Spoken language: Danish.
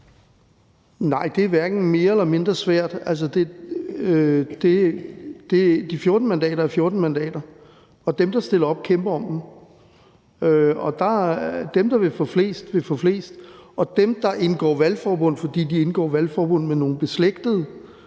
Nej, det er hverken mere eller mindre svært. Altså, de 14 mandater er 14 mandater, og dem, der stiller op, kæmper om mandaterne, og der vil dem, der vil få flest, få flest. Dem, der indgår valgforbund, fordi de indgår valgforbund med nogle, der er beslægtede,